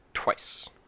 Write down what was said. Twice